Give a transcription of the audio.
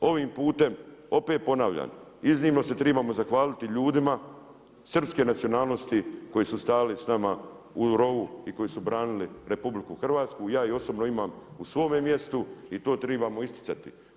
Ovim putem opet ponavljam, iznimno se trebamo zahvaliti ljudima srpske nacionalnosti koji su stajali s nama u rovu i koji su branili RH, ja ih osobno imamo u svome mjestu, i to trebamo isticati.